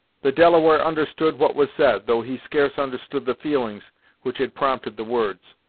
the delaware understood what was said, though he scarce understood the feelings which had prompted the words,